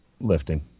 lifting